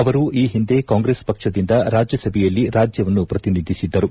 ಅವರು ಈ ಒಂದೆ ಕಾಂಗ್ರೆಸ್ ಪಕ್ಷದಿಂದ ರಾಜ್ಯಸಭೆಯಲ್ಲಿ ರಾಜ್ಯವನ್ನು ಪ್ರತಿನಿಧಿಸಿದ್ದರು